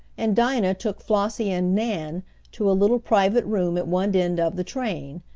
and dinah took flossie and nan to a little private room at one end of the train,